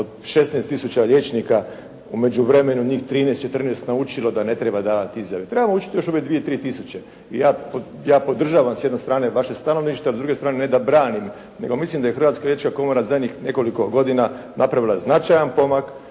od 16000 liječnika u međuvremenu njih 13, 14 naučilo da ne treba davati izjave. Trebamo učiti još ove dvije, tri tisuće i ja podržavam s jedne strane vaše stanovište. A s druge strane ne da branim, nego mislim da je Hrvatska liječnička komora zadnjih nekoliko godina napravila značajan pomak,